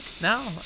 no